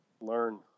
Learn